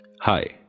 Hi